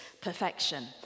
Perfection